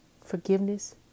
Forgiveness